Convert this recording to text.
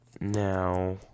now